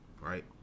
right